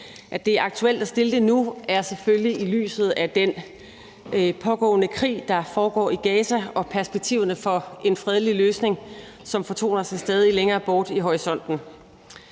det er aktuelt at fremsætte det nu, er det selvfølgelig set i lyset af den pågående krig, der foregår i Gaza, og perspektiverne for en fredelig løsning, som fortoner sig stadig længere bort i horisonten.